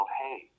hey